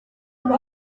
muri